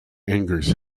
angers